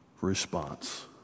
response